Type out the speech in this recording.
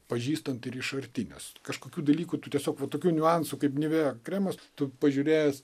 pažįstant ir iš arti nes kažkokių dalykų tu tiesiog va tokių niuansų kaip nivea kremas tu pažiūrėjęs